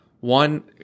One